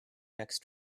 next